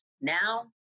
now